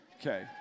Okay